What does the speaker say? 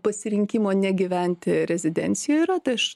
pasirinkimo negyventi rezidencijoj yra tai aš